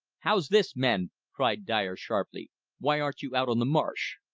how's this, men! cried dyer sharply why aren't you out on the marsh?